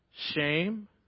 Shame